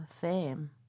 fame